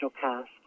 cast